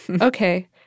Okay